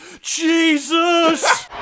Jesus